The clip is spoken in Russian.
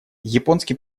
японский